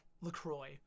LaCroix